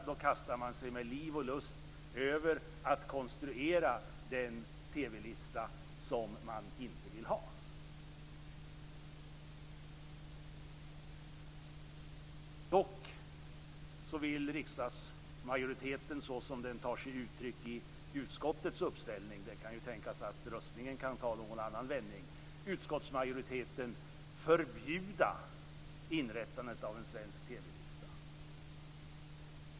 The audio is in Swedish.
Man kastar sig med liv och lust över att konstruera den TV-lista som man inte vill ha. Dock vill riksdagsmajoriteten såsom den kommer till uttryck i utskottets uppställning - det kan ju tänkas att röstningen tar någon annan vändning - förbjuda inrättandet av en svensk TV-lista.